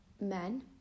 men